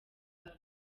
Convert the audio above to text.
park